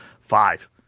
five